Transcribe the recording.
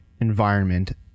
environment